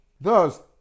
Thus